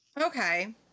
okay